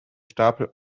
stapel